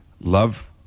Love